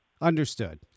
understood